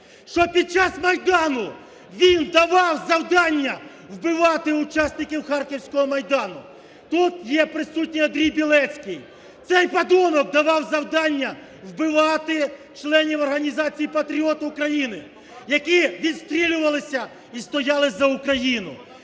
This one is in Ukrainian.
що під час Майдану він давав завдання вбивати учасників харківського майдану. Тут є присутній Андрій Білецький, цей подонок давав завдання вбивати членів організації "Патріот України", які відстрілювалися і стояли за Україну.